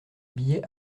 billets